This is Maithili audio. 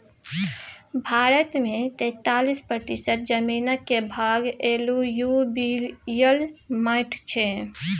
भारत मे तैतालीस प्रतिशत जमीनक भाग एलुयुबियल माटि छै